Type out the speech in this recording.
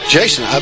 Jason